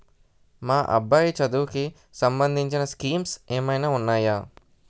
మా అబ్బాయి చదువుకి సంబందించిన స్కీమ్స్ ఏమైనా ఉన్నాయా?